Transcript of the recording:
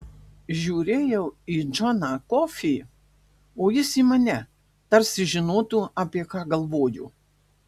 žiūrėjau į džoną kofį o jis į mane tarsi žinotų apie ką galvoju